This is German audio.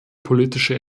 politische